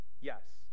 Yes